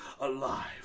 alive